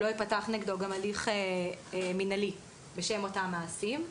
לא ייפתח נגדו גם הליך מינהלי בשם אותם מעשים.